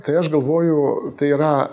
tai aš galvoju tai yra